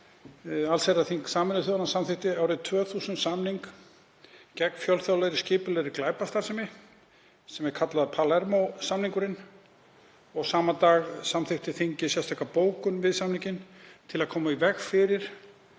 allsherjarþing Sameinuðu þjóðanna samþykkti árið 2000 samning gegn fjölþjóðlegri skipulagðri glæpastarfsemi sem er kallaður Palermó-samningurinn. Sama dag samþykkti þingið sérstaka bókun við samninginn til að koma í veg fyrir,